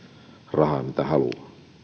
rahan mitä haluaa